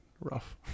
rough